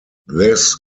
this